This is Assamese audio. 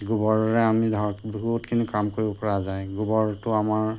গোবৰেৰে আমি ধৰক বহুতখিনি কাম কৰিব পৰা যায় গোবৰটো আমাৰ